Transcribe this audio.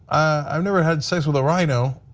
i've never had sex with a rhino,